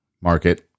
market